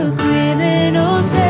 criminal's